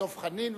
דב חנין,